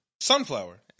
Sunflower